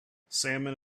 salmon